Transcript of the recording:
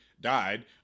died